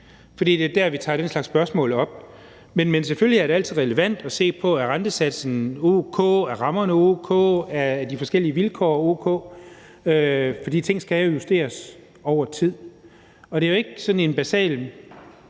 for det er der, vi tager den slags spørgsmål op, men selvfølgelig er det altid relevant at se på, om rentesatsen er o.k., om rammerne er o.k., og om de forskellige vilkår er o.k., for ting skal jo justeres over tid. Det er jo ikke sådan en basal